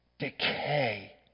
decay